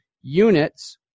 units